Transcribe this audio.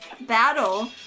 battle